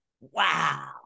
Wow